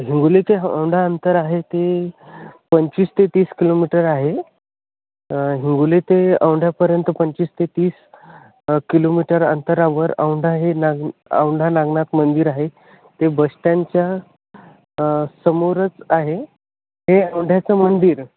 हिंगोली ते औंढा अंतर आहे ते पंचवीस ते तीस किलोमीटर आहे हिंगोली ते औंढ्यापर्यंत पंचवीस ते तीस किलोमीटर अंतरावर औंढा हे नाग औंढा नागनाथ मंदिर आहे ते बसस्टँडच्या समोरच आहे हे औंढ्याचं मंदिर